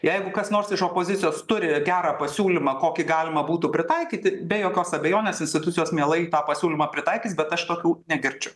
jeigu kas nors iš opozicijos turi gerą pasiūlymą kokį galima būtų pritaikyti be jokios abejonės institucijos mielai tą pasiūlymą pritaikys bet aš tokių negirdžiu